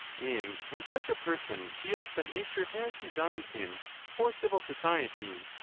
and when such a person feels that nature has designed him for civil society,